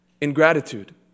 ingratitude